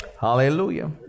Hallelujah